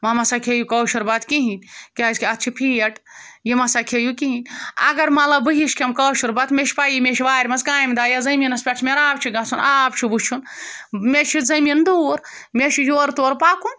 وَ مَسا کھیٚیِو کٲشُر بَتہٕ کِہیٖنۍ کیٛازِکہِ اَتھ چھِ فیٹ یہِ ما سا کھیٚیِو کِہیٖنۍ اگر مطلب بہٕ ہِش کھٮ۪مہٕ کٲشُر بَتہٕ مےٚ چھِ پَیی مےٚ چھِ وارِ منٛز کامہِ دۄہ یا زٔمیٖنَس پٮ۪ٹھ چھِ مےٚ راو چھِ گژھُن آب چھُ وٕچھُن مےٚ چھُ زٔمیٖن دوٗر مےٚ چھِ یورٕ تورٕ پَکُن